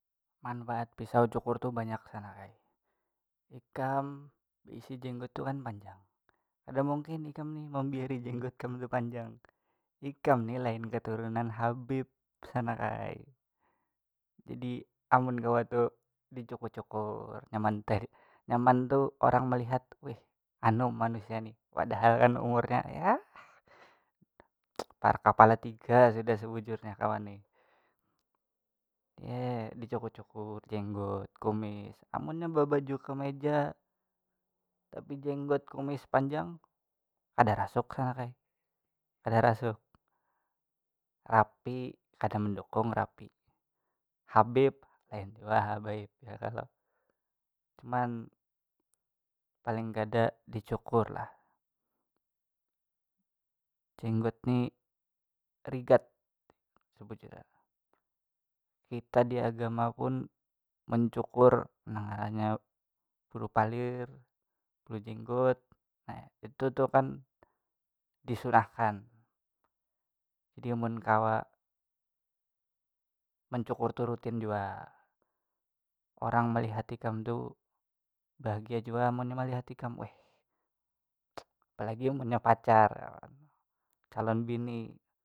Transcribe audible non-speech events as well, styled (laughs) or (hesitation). Manfaat pisau cukur tuh banyak sanak ai ikam baisi jenggot tu kan panjang kada mungkin ikam nih (laughs) membiari jenggot kam tuh panjang ikam ni lain keturunan habib sanak ai jadi amun kawa tu dicukur cukur nyaman (hesitation) nyaman tu orang melihat wih anum manusia nih padahal kan umurnya ya (hesitation) parak kepala tiga sudah sebujurnya kawan nih (hesitation) dicukur cukur jenggot kumis amunnya bebaju kemeja tapi jenggot kumis panjang kada rasuk sanak ai kada rasuk rapi kada mendukung rapi habib lain jua habib ya kalo cuman paling kada dicukur lah jenggot ni rigat sebujurnya kita diagama pun mencukur nang ngarannya bulu palir bulu jenggot nah itu tu kan disurah kan jadi mun kawa mencukur tu rutin jua orang melihat ikam tu bahagia jua munnya melihat ikam (hesitation) apalagi munnya pacar calon bini.